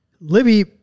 Libby